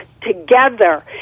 together